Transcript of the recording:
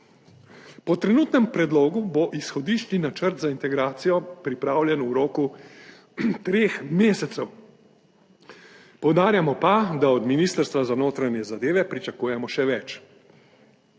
Po trenutnem predlogu bo izhodiščni načrt za integracijo pripravljen v roku treh mesecev, poudarjamo pa, da od Ministrstva za notranje zadeve pričakujemo še več.